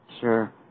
Sure